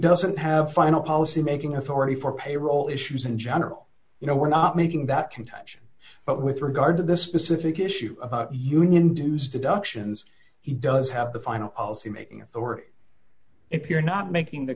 doesn't have final policy making authority for payroll issues in general you know we're not making that can touch but with regard to this specific issue of union dues deductions he does have the final policy making authority if you're not making the